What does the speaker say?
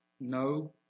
No